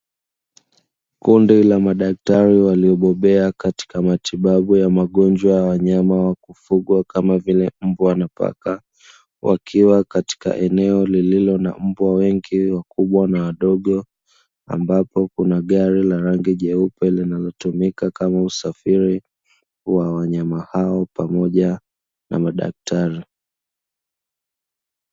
Kundi la madaktari walio bobea katika matibabu ya magonjwa ya wanyama wa kufugwa kama vile mbwa na paka, wakiwa katika eneo lililo na mbwa wengi wakubwa na wadogo ambapo kuna gari la rangi jeupe linalotumika kama usafiri wa wanyama hao pamoja na madaktari.